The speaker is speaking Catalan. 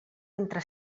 entre